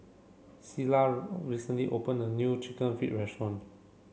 Sheilah recently opened a new Chicken Feet Restaurant